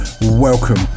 Welcome